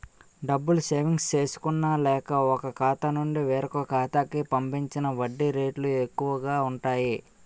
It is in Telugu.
డబ్బులు సేవింగ్స్ చేసుకున్న లేక, ఒక ఖాతా నుండి వేరొక ఖాతా కి పంపించిన వడ్డీ రేట్లు ఎక్కువు గా ఉంటాయి